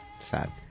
Sad